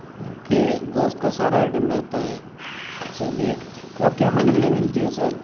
okay گوشت کا سارا آئٹم رہتا ہے چلیے کیا آپ کے یہاں مندی بھی ملتی ہے سر